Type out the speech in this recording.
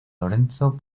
lorenzo